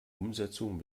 umsetzung